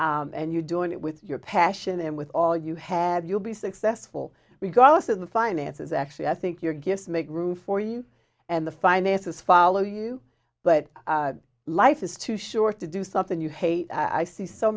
are and you're doing it with your passion and with all you have you'll be successful regardless of the finances actually i think your guests make room for you and the finances follow you but life is too short to do something you hate i see so